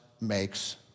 makes